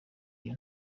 iyo